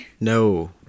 No